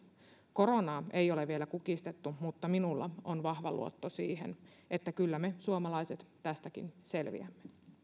koronaa ei ole vielä kukistettu mutta minulla on vahva luotto siihen että kyllä me suomalaiset tästäkin selviämme